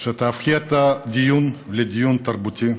שתהפכי את הדיון לדיון תרבותי,